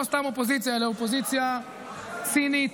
ולא סתם אופוזיציה אלא אופוזיציה צינית,